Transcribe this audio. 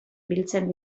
biltzen